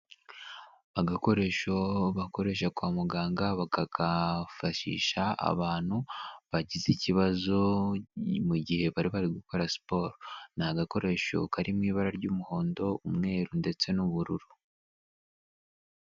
Agakoresho bakoresha kwa muganga bakagafashisha abantu bagize ikibazo mu gihe bari bari gukora siporo. Ni agakoresho kari mu ibara ry'umuhondo, umweru ndetse n'ubururu.